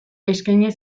eskaini